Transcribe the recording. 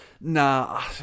Nah